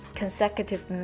consecutive